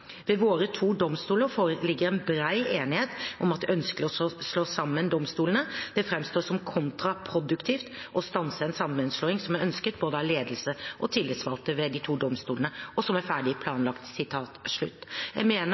ved våre to domstoler foreligger en bred enighet om at det er ønskelig å slå sammen domstolene. Det fremstår som kontraproduktivt å stanse en sammenslåing som er ønsket av både ledelse og tillitsvalgte ved de to domstoler, og som er ferdig planlagt». Jeg mener